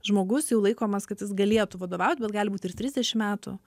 žmogus jau laikomas kad jis galėtų vadovaut bet gali būt ir trisdešimt metų